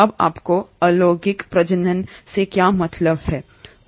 अब आपको अलैंगिक प्रजनन से क्या मतलब है